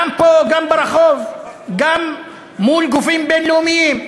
גם פה, גם ברחוב, גם מול גופים בין-לאומיים.